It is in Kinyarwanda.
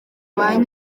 banki